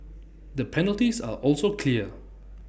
the penalties are also clear